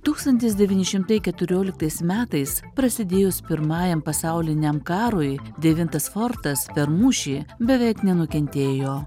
tūkstantis devyni šimtai keturioliktais metais prasidėjus pirmajam pasauliniam karui devintas fortas per mūšį beveik nenukentėjo